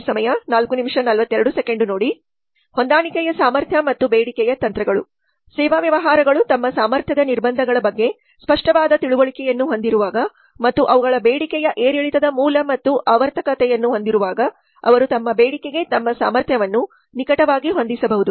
ಹೊಂದಾಣಿಕೆಯ ಸಾಮರ್ಥ್ಯ ಮತ್ತು ಬೇಡಿಕೆಯ ತಂತ್ರಗಳು ಸೇವಾ ವ್ಯವಹಾರಗಳು ತಮ್ಮ ಸಾಮರ್ಥ್ಯದ ನಿರ್ಬಂಧಗಳ ಬಗ್ಗೆ ಸ್ಪಷ್ಟವಾದ ತಿಳುವಳಿಕೆಯನ್ನು ಹೊಂದಿರುವಾಗ ಮತ್ತು ಅವುಗಳ ಬೇಡಿಕೆಯ ಏರಿಳಿತದ ಮೂಲ ಮತ್ತು ಆವರ್ತಕತೆಯನ್ನು ಹೊಂದಿರುವಾಗ ಅವರು ತಮ್ಮ ಬೇಡಿಕೆಗೆ ತಮ್ಮ ಸಾಮರ್ಥ್ಯವನ್ನು ನಿಕಟವಾಗಿ ಹೊಂದಿಸಬಹುದು